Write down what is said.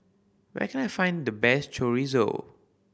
where can I find the best Chorizo